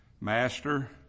Master